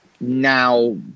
now